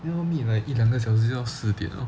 then we all meet like 一两个小时就要四点 liao